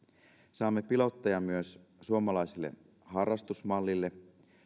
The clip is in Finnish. saamme pilotteja myös suomalaiselle harrastusmallille